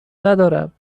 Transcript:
ندارم